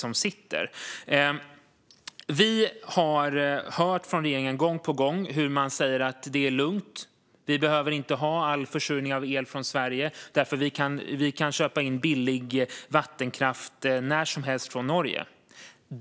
Vi har gång på gång hört från regeringen att det är lugnt. Vi behöver inte ha all försörjning av el från Sverige, för vi kan när som helst köpa in billig vattenkraft från Norge.